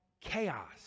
chaos